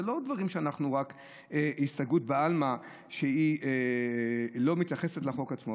זו לא רק הסתייגות בעלמא שלא מתייחסת לחוק עצמו.